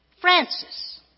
Francis